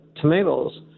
tomatoes